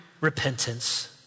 repentance